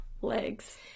legs